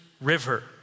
River